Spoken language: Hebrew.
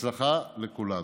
בהצלחה לכולנו.